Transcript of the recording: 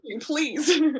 please